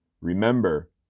Remember